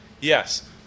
yes